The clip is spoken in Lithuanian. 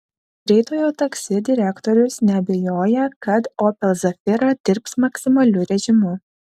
greitojo taksi direktorius neabejoja kad opel zafira dirbs maksimaliu režimu